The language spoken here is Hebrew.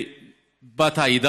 בהצלחה.